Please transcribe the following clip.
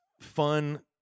fun